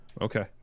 Okay